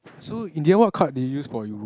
so in the end what card did you use for Europe